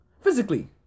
physically